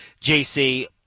JC